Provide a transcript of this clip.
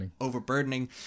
overburdening